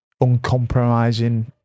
uncompromising